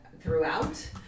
throughout